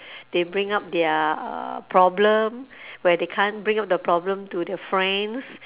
they bring up their problem where they can't bring up the problem to their friends